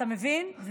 אתה מבין?